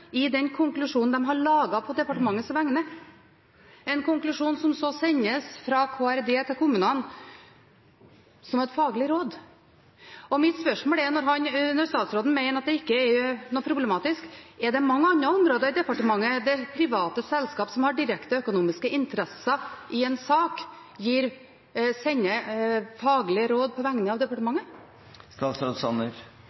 i den konklusjonen de har laget på departementets vegne – en konklusjon som så sendes fra Kommunal- og moderniseringsdepartementet til kommunene som et faglig råd. Mitt spørsmål er, når statsråden mener at det ikke er problematisk: Er det mange andre områder i departementet hvor private selskap som har direkte økonomiske interesser i en sak, sender ut faglige råd på vegne av